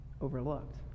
overlooked